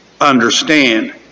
understand